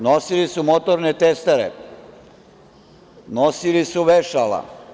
Nosili su motorne testere, nosili su vešala.